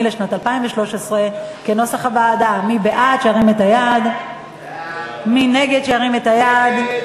אנחנו עוברים להסתייגויות של קבוצת ש"ס בעמוד 147. מסירים.